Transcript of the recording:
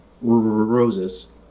Roses